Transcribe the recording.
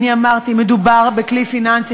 אני אמרתי: מדובר בכלי פיננסי,